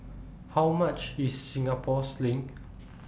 How much IS Singapore Sling